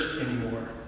anymore